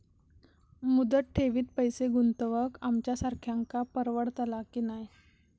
मुदत ठेवीत पैसे गुंतवक आमच्यासारख्यांका परवडतला की नाय?